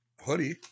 hoodie